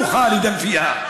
תרגומם:)